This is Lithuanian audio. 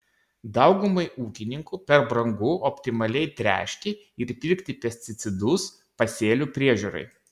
daugumai ūkininkų per brangu optimaliai tręšti ir pirkti pesticidus pasėlių priežiūrai